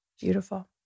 Beautiful